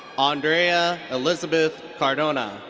andrea elizabeth cardona.